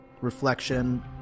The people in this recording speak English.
reflection